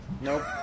Nope